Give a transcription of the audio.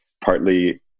partly